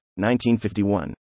1951